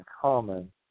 common